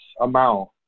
amount